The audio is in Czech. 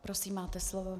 Prosím, máte slovo.